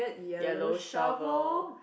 ya low shovel